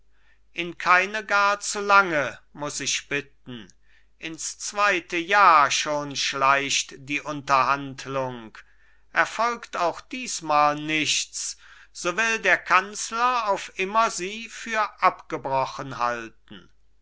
in keine gar zu lange muß ich bitten ins zweite jahr schon schleicht die unterhandlung erfolgt auch diesmal nichts so will der kanzler auf immer sie für abgebrochen halten